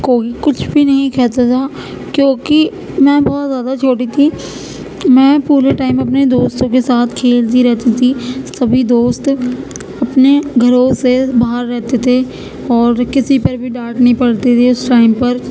کوئی کچھ بھی نہیں کہتا تھا کیونکہ میں بہت زیادہ چھوٹی تھی میں پورے ٹائم اپنے دوستوں کے ساتھ کھیلتی رہتی تھی سبھی دوست اپنے گھروں سے باہر رہتے تھے اور کسی پر بھی ڈانٹ نہیں پڑتی تھی اس ٹائم پر